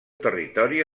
territori